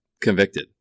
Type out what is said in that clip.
convicted